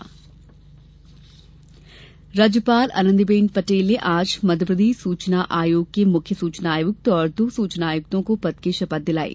सूचना आयुक्त राज्यपाल आनंदीबेन पटेल ने आज मध्यप्रदेश सूचना आयोग के मुख्य सूचना आयुक्त और दो सूचना आयुक्तों को पद की शपथ दिलायी